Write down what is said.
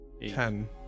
Ten